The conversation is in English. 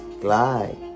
glide